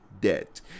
debt